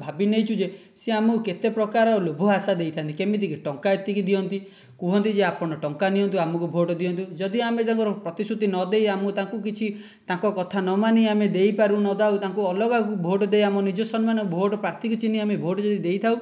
ଭାବିନେଇଛୁ ଯେ ସେ ଆମକୁ କେତେ ପ୍ରକାର ଲୋଭ ଆଶା ଦେଇଥାନ୍ତି କେମିତିକି ଟଙ୍କା ଏତିକି ଦିଅନ୍ତି କୁହନ୍ତି ଯେ ଆପଣ ଟଙ୍କା ନିଅନ୍ତୁ ଆମକୁ ଭୋଟ ଦିଅନ୍ତୁ ଯଦି ଆମେ ତାଙ୍କୁ ପ୍ରତିଶ୍ରୁତି ନଦେଇ ଆମକୁ ତାଙ୍କୁ କିଛି ତାଙ୍କ କଥା ନମାନି ଆମେ ଦେଇପାରୁ ନଦେଉ ତାଙ୍କୁ ଅଲଗାକୁ ଭୋଟ ଦେଇ ଆମ ନିଜ ସମାନ ଭୋଟ ପ୍ରାର୍ଥୀକୁ ଚିହ୍ନି ଭୋଟ ଯଦି ଦେଇଥାଉ